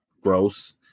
gross